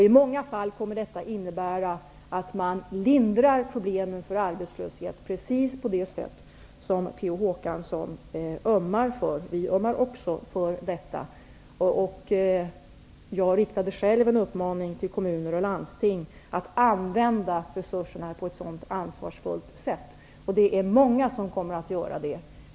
I många fall kommer detta att innebära att arbetslöshetsproblemen lindras, vilket är precis vad Per Olof Håkansson ömmar för. Vi ömmar också för detta. Jag riktade själv en uppmaning till kommuner och landsting att de skulle använda resurserna på ett ansvarsfullt sätt, och det är många som kommer att göra det.